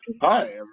Hi